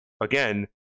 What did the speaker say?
Again